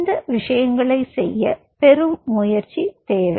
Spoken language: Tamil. இந்த விஷயங்களைச் செய்ய பெரும் முயற்சி தேவை